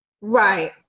Right